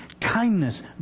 kindness